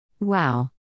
Wow